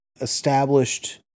established